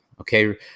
Okay